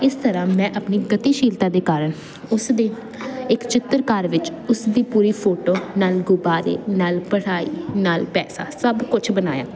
ਇਸ ਤਰ੍ਹਾਂ ਮੈਂ ਆਪਣੀ ਗਤੀਸ਼ੀਲਤਾ ਦੇ ਕਾਰਨ ਉਸ ਦੇ ਇੱਕ ਚਿੱਤਰਕਾਰ ਵਿੱਚ ਉਸ ਦੀ ਪੂਰੀ ਫੋਟੋ ਨਾਲ ਗੁਬਾਰੇ ਨਾਲ ਪੜ੍ਹਾਈ ਨਾਲ ਪੈਸਾ ਸਭ ਕੁਛ ਬਣਾਇਆ